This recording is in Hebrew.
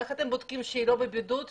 איך אתם בודקים שהיא לא בבידוד?